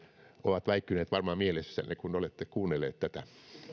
ovat väikkyneet varmaan mielessänne kun olette kuunnelleet tätä